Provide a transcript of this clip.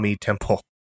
Temple